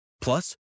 plus